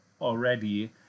already